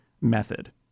method